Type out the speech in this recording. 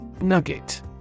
Nugget